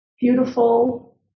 beautiful